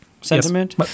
sentiment